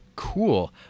cool